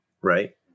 right